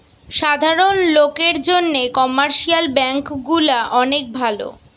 সাধারণ লোকের জন্যে কমার্শিয়াল ব্যাঙ্ক গুলা অনেক ভালো